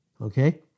okay